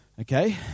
Okay